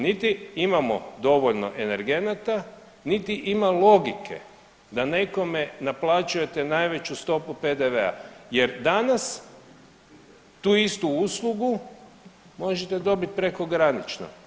Niti imamo dovoljno energenata, niti ima logike da nekome naplaćujete najveću stopu PDV-a jer danas tu istu uslugu možete dobit prekogranično.